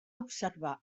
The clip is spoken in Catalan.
observar